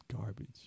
Garbage